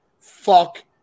Fuck